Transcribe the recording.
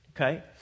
Okay